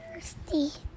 thirsty